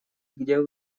где